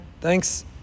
Thanks